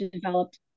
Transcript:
developed